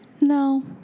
no